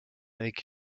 avec